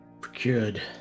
procured